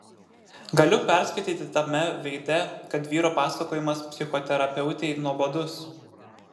galiu perskaityti tame veide kad vyro pasakojimas psichoterapeutei nuobodus